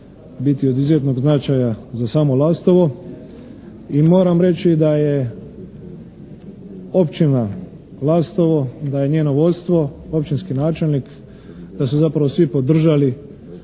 biti od izuzetnog značaja za samo Lastovo i moram reći da je općina Lastovo, da je njeno vodstvo, općinski načelnik da su zapravo svi podržali